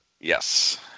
Yes